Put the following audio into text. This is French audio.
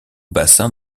bassin